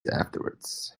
afterwards